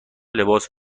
لباس